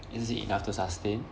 is it enough to sustain